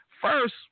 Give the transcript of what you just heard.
first